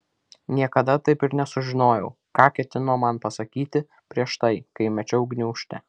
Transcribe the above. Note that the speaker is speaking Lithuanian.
niekada taip ir nesužinojau ką ketino man pasakyti prieš tai kai mečiau gniūžtę